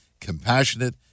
compassionate